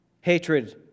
Hatred